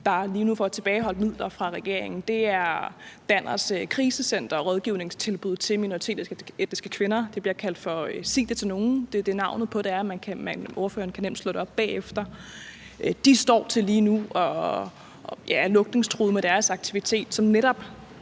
der lige nu får tilbageholdt midler fra regeringen, er Danner med deres krisecenter og rådgivningstilbud til minoritetsetniske kvinder, som bliver kaldt for »Sig det til nogen«; ordføreren kan nemt slå det op bagefter. De er lige nu lukningstruede, og deres aktivitet er netop